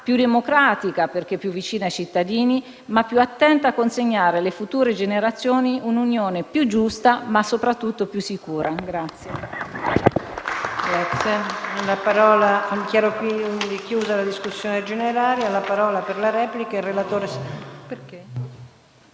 più democratica, più vicina ai cittadini e più attenta a consegnare alle future generazioni una unione più giusta ma soprattutto più sicura.